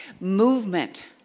movement